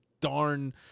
darn